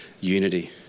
unity